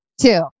Two